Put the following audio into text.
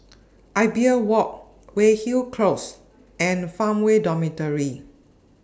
Imbiah Walk Weyhill Close and Farmway Dormitory